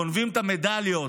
גונבים את המדליות